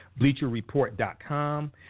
bleacherreport.com